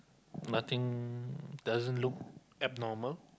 nothing doesn't look abnormal